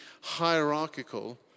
hierarchical